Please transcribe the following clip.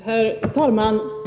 Herr talman!